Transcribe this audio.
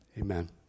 Amen